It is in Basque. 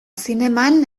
zineman